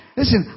listen